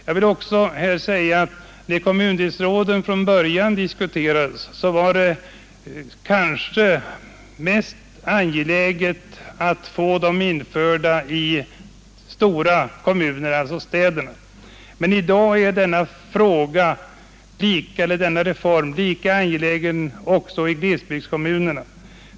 När frågan om kommundelsråd från början diskuterades var det kanske mest angeläget att få sådana i stora kommuner — alltså i städerna. Men i dag är denna reform lika angelägen i glesbygdskommunerna.